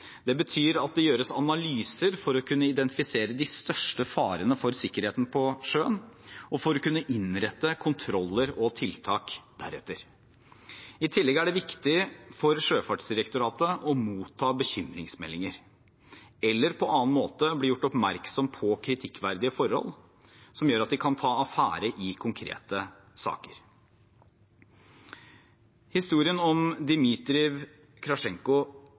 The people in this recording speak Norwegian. Det betyr at det gjøres analyser for å kunne identifisere de største farene for sikkerheten på sjøen, og for å kunne innrette kontroller og tiltak deretter. I tillegg er det viktig for Sjøfartsdirektoratet å motta bekymringsmeldinger eller på annen måte bli gjort oppmerksom på kritikkverdige forhold, som gjør at de kan ta affære i konkrete saker. Historien om